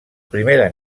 primera